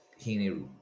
Heaney